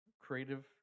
creative